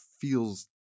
feels